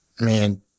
man